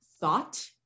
thought